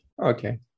Okay